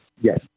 Yes